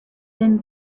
thin